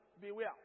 beware